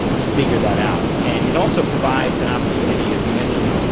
to figure that out. and it also provides an opportunity, as you mentioned,